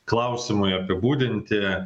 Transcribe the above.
klausimui apibūdinti